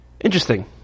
interesting